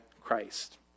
Christ